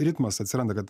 ritmas atsiranda kad